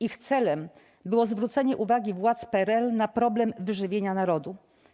Ich celem było zwrócenie uwagi władz PRL na problem wyżywienia narodu.